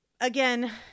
again